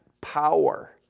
power